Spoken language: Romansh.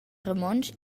romontsch